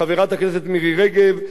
חבר הכנסת אמנון כהן,